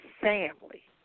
family